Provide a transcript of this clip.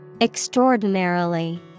Extraordinarily